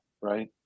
right